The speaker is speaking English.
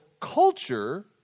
culture